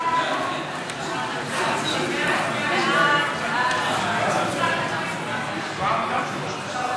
ההצעה להעביר את הצעת חוק להגדלת שיעור ההשתתפות בכוח העבודה